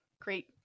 great